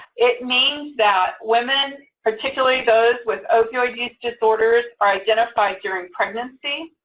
it means that women, particularly those with opioid use disorders, are identified during pregnancy